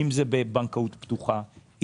אם זה בבנקאות פתוחה,